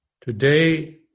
Today